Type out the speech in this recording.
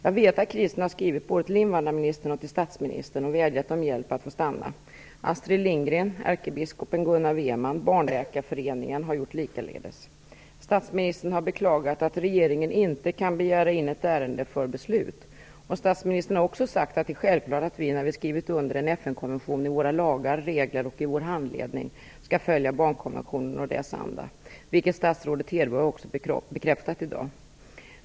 Jag vet att Chrisen har skrivit både till invandrarministern och till statsministern och vädjat om hjälp att få stanna. Astrid Lindgren, ärkebiskopen Gunnar Weman och Barnläkarföreningen har gjort likaledes. Statsministern har beklagat att regeringen inte kan begära in ett ärende för beslut. Statsministern har också sagt att det är självklart att vi, när vi har skrivit under en FN-konvention, i våra lagar, regler och i vår handläggning skall följa barnkonventionen och dess anda, vilket statsrådet Hedborg också bekräftat i dag.